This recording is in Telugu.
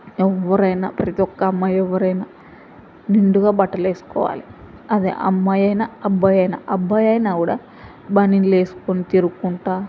ఎవరైనా ప్రతీ ఒక్క అమ్మాయి ఎవరైనా నిండుగా బట్టలు వేసుకోవాలి అదే అమ్మాయైనా అబ్బాయైనా అబ్బాయైనా కూడా బనియన్లు వేసుకొని తిరుగుకుంటూ